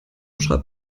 schreibt